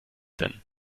denn